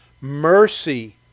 mercy